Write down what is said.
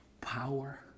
power